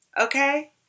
okay